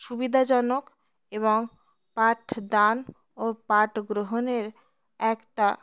সুবিধাজনক এবং পাঠ দান ও পাঠ গ্রহণের একটা